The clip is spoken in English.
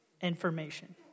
information